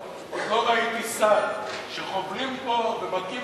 עוד לא ראיתי שר שכובלים אותו ומכים